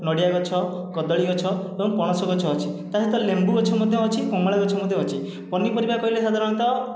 ନଡ଼ିଆ ଗଛ କଦଳୀଗଛ ଏବଂ ପଣସ ଗଛ ଅଛି ତା'ସହିତ ଲେମ୍ବୁ ଗଛ ମଧ୍ୟ ଅଛି କମଳା ଗଛ ମଧ୍ୟ ଅଛି ପନିପରିବା କହିଲେ ସାଧାରଣତଃ